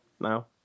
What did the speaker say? now